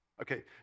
Okay